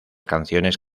canciones